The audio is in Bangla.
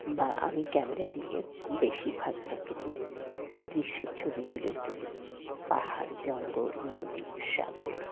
বা আমি ক্যামেরা দিয়ে বেশিরভাগ প্রকৃতির দৃশ্যের ছবিগুলোই তুলি পাহাড় জঙ্গল নদী সাগর